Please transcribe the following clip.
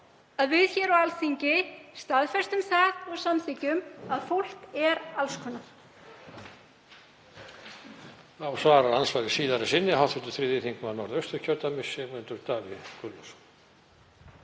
að við hér á Alþingi staðfestum það og samþykkjum að fólk er alls konar.